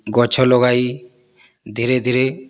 ଗଛ ଲଗାଇ ଧୀରେ ଧୀରେ